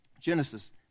Genesis